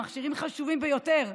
המכשירים חשובים ביותר,